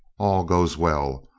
all goes well.